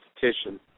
petition